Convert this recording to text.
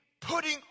putting